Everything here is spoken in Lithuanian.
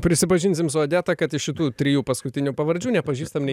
prisipažinsim su odeta kad iš šitų trijų paskutinių pavardžių nepažįstam nei